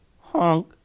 honk